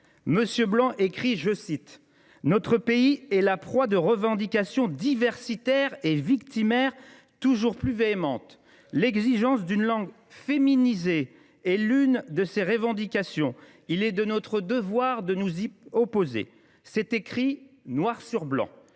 M. Blanc écrit :« Notre pays est la proie de revendications diversitaires et victimaires toujours plus véhémentes. L’exigence d’une langue “féminisée” est l’une de ces revendications. Il est de notre devoir de nous y opposer. » C’est écrit noir sur blanc